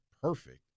perfect